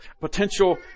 potential